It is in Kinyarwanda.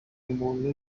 umuntu